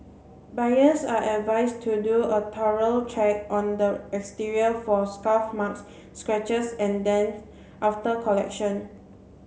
buyers are advised do a thorough check on the exterior for scuff marks scratches and dents after collection